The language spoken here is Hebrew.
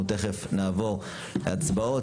אנחנו תיכף נעבור להצבעות.